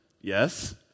Yes